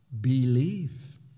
Believe